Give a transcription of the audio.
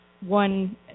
one